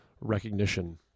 recognition